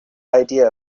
idea